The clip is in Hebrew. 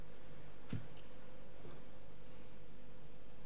חוק שוויון זכויות לאנשים עם מוגבלות (תיקון מס'